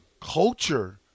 culture